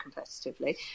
competitively